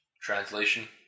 Translation